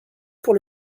pour